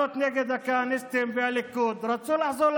האלטרנטיבה לממשלה הקודמת אם הממשלה הקודמת לא תמשיך.